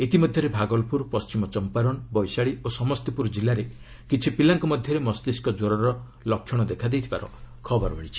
ଇତିମଧ୍ୟରେ ଭାଗଲପୁର ପଶ୍ଚିମ ଚମ୍ପାରନ୍ ବୈଶାଳୀ ଓ ସମସ୍ତିପୁର କିଲ୍ଲାରେ କିଛି ପିଲାଙ୍କ ମଧ୍ୟରେ ମସ୍ତିଷ୍କ ଜ୍ୱରର ଲକ୍ଷଣ ଦେଖାଦେଇଥିବାର ଖବର ମିଳିଛି